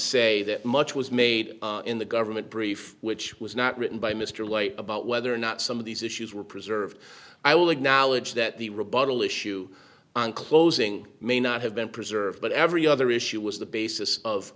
say that much was made in the government brief which was not written by mr lay about whether or not some of these issues were preserved i will acknowledge that the rebuttal issue on closing may not have been preserved but every other issue was the basis of